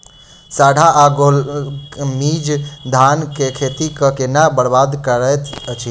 साढ़ा या गौल मीज धान केँ खेती कऽ केना बरबाद करैत अछि?